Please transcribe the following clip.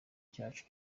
cyacu